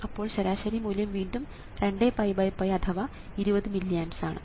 അപ്പോൾ ശരാശരി മൂല്യം വീണ്ടും 20𝜋𝜋 അഥവാ 20 മില്ലി ആംപ്സ് ആണ്